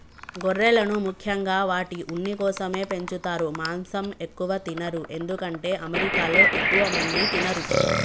గొర్రెలను ముఖ్యంగా వాటి ఉన్ని కోసమే పెంచుతారు మాంసం ఎక్కువ తినరు ఎందుకంటే అమెరికాలో ఎక్కువ మంది తినరు